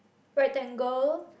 rectangle